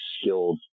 skilled